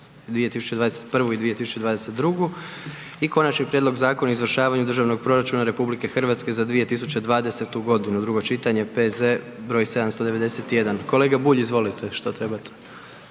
i - Konačni prijedlog Zakona o izvršavanju Državnog proračuna Republike Hrvatske za 2020. godinu, drugo čitanje, P.Z. br. 791. Kolega Bulj, izvolite, što trebate?